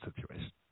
situation